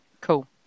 Cool